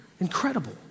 Incredible